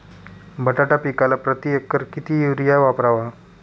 बटाटा पिकाला प्रती एकर किती युरिया वापरावा?